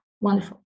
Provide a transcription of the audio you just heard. wonderful